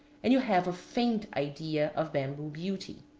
and you have a faint idea of bamboo beauty.